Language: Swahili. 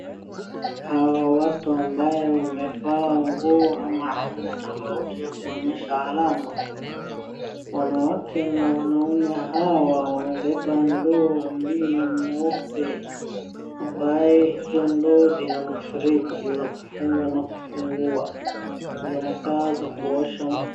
Hawa watu ambaye wamevaa nguo maaina tofauti ya kuonyesha alama. Wanawake na wanaume hawa, wamebeba ndoo mbili nyeupe, ambaye hizo ndoo zina mfereji za kufunga na kufungua. Zinakaa za kuosha mkono.